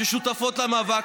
ששותפות למאבק.